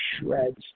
shreds